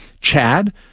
Chad